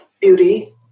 beauty